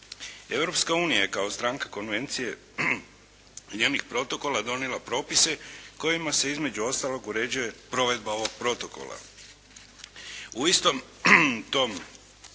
Europska unija je kao stranka konvencije i njenih protokola donijela propise kojima se, između ostalog uređuje provedba ovog protokola. U istom tom